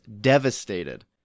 devastated